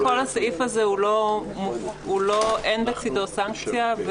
כל הסעיף הזה אין בצדו סנקציה,